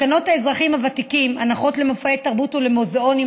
תקנות האזרחים הוותיקים (הנחות למופעי תרבות ולמוזיאונים),